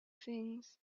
things